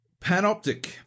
Panoptic